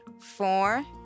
four